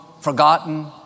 forgotten